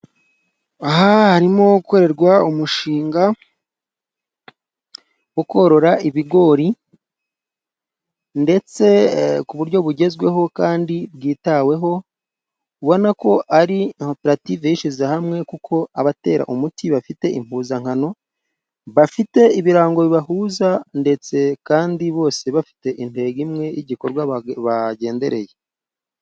Aha harimo gukorerwa umushinga wo korora ibigori, ndetse ku buryo bugezweho kandi bwitaweho, ubona ko ari koperative yishyize hamwe, kuko abatera umuti bafite impuzankano, bafite ibirango bibahuza ,ndetse kandi bose bafite intego imwe y'igikorwa bagendereye.